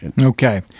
Okay